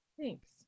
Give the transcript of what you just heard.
Thanks